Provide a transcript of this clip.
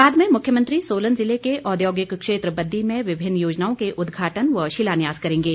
बाद में मुख्यमंत्री सोलन जिले के औद्योगिक क्षेत्र बद्दी में विभिन्न योजनाओं के उद्घाटन व शिलान्यास करेंगे